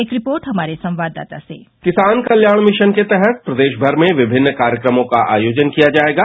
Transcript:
एक रिपोर्ट हमारे संवाददाता की किसान कल्याण मिशन के तहत प्रदेश भर में विभिन्न कार्यक्रमों का आयोजन किया जाएगा